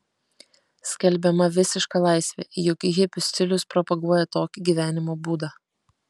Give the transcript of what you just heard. skelbiama visiška laisvė juk hipių stilius propaguoja tokį gyvenimo būdą